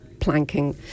planking